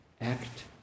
act